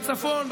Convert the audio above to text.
בצפון,